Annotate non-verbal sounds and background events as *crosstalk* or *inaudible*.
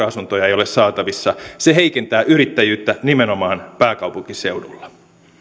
*unintelligible* asuntoja ei ole saatavissa se heikentää yrittäjyyttä nimenomaan pääkaupunkiseudulla